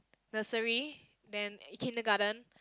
nursery then kindergarten